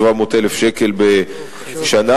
700,000 שקל בשנה.